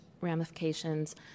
ramifications